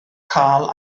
cael